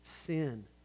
sin